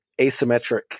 asymmetric